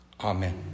Amen